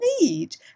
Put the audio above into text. need